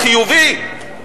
חיובית,